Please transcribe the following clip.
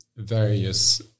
various